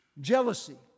Jealousy